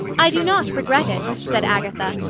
i do not regret it, said agatha.